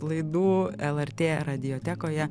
laidų lrt radiotekoje